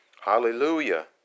Hallelujah